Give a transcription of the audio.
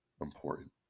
important